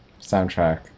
soundtrack